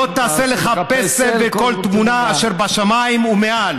לא תעשה לך פסל וכל תמונה אשר בשמים ומעל